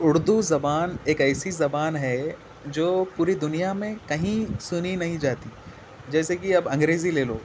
اردو زبان ایک ایسی زبان ہے جو پوری دنیا میں کہیں سنی نہیں جاتی جیسے کہ اب انگریزی لے لو